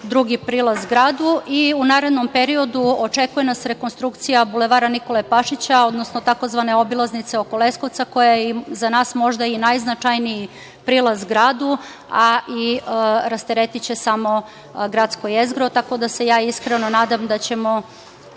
drugi prilaz gradu.U narednom periodu očekuje nas rekonstrukcija Bulevara Nikole Pašića, odnosno tzv. obilaznice oko Leskovca, koja je za nas možda i najznačajniji prilaz gradu, a i rasteretiće samo gradsko jezgro, tako da se ja iskreno nadam da ćemo